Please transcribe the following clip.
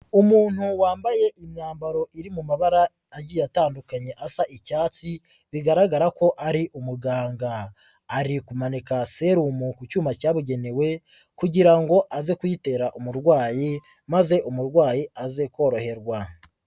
Umuntu wambaye imyambaro iri mu mabara agiye atandukanye asa icyatsi, bigaragara ko ari umuganga. ari kumanika serumu ku cyuma cyabugenewe kugira ngo aze kuyitera umurwayi maze umurwayi aze koroherwa.